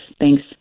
Thanks